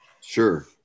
Sure